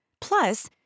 Plus